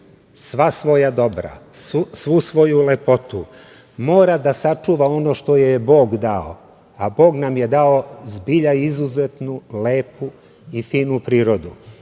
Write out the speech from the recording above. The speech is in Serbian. sva svoja dobra, svu svoju lepotu, mora da sačuva ono što joj je Bog dao, a Bog nam je dao zbilja, izuzetnu, lepu i finu prirodu. Zelena